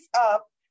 up